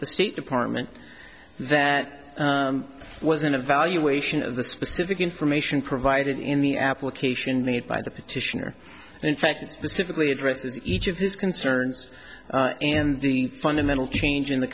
the state department that was an evaluation of the specific information provided in the application made by the petitioner and in fact it's typically addresses each of his concerns and the fundamental change in the